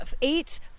eight